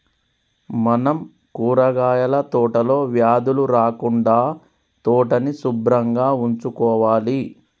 మనం కూరగాయల తోటలో వ్యాధులు రాకుండా తోటని సుభ్రంగా ఉంచుకోవాలి